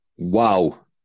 Wow